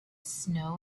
snow